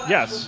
Yes